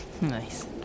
Nice